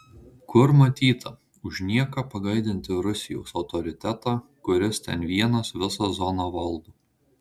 kur matyta už nieką pagaidinti rusijos autoritetą kuris ten vienas visą zoną valdo